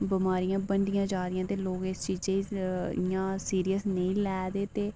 बमारियां बनदियां जा दियां ते लोक इस चीजै गी सीरियस नेईं लै दे ते